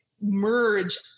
merge